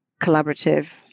collaborative